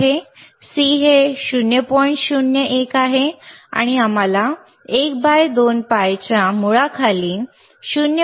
01 आहे आणि आम्हाला 1 बाय 2 pi 2 च्या मुळाखाली 0